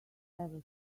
ever